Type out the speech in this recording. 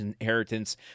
inheritance